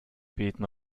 beten